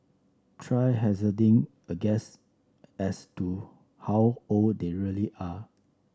try hazarding a guess as to how old they really are